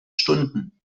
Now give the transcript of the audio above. stunden